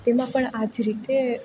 તેમાં પણ આજ રીતે